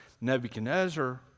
Nebuchadnezzar